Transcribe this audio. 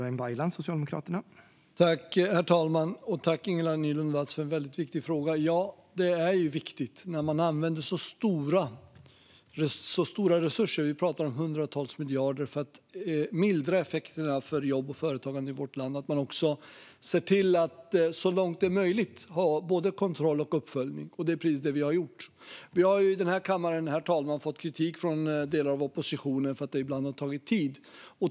Herr talman! Tack, Ingela Nylund Watz, för en väldigt viktig fråga! När man använder så stora resurser - vi pratar om hundratals miljarder - för att mildra effekterna för jobb och företagande i vårt land är det viktigt att man också ser till att så långt det är möjligt ha både kontroll och uppföljning. Det är också precis det vi har gjort. Vi har i den här kammaren, herr talman, fått kritik från delar av oppositionen för att det ibland har tagit tid.